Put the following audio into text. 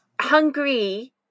Hungry